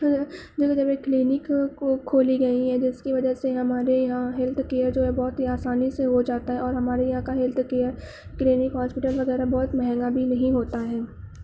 جگہ جگہ پہ کلینک کھو کھولی گئیں ہیں جس کی وجہ سے ہمارے یہاں ہیلتھ کیئر جو ہے بہت ہی آسانی سے ہو جاتا ہے اور ہمارے یہاں کا ہیلتھ کیئر کلینک ہاسپٹل وغیرہ بہت مہنگا بھی نہیں ہوتا ہے